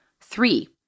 Three